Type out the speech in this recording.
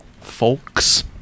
Folks